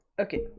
Okay